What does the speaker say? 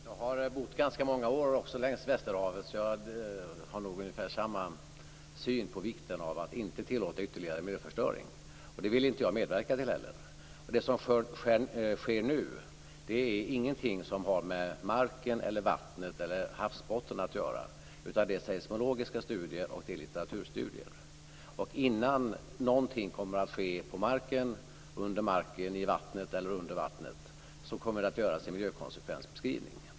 Fru talman! Jag har också bott ganska många år längs Västerhavet, så jag har nog ungefär samma syn på vikten av att inte tillåta ytterligare miljöförstöring. Det vill jag heller inte medverka till. Det som sker nu är ingenting som har att göra med marken, vattnet eller havsbottnen, utan det sker seismologiska studier och litteraturstudier. Innan något kommer att ske på marken, under marken, i vattnet eller under vattnet kommer det att göras en miljökonsekvensbeskrivning.